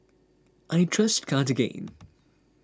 I trust Cartigain